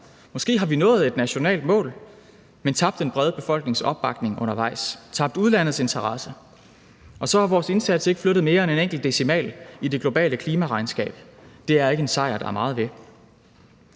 måske nået et nationalt mål, men har tabt den brede befolknings opbakning undervejs, tabt udlandets interesse, og så har vi med vores indsats ikke flyttet mere end en enkelt decimal i det globale klimaregnskab. Det er ikke en sejr, der er meget ved.